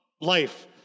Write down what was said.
life